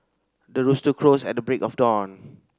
the rooster crows at the break of dawn